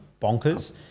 Bonkers